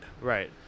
Right